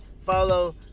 follow